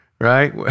right